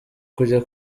kujya